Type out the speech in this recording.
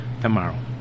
tomorrow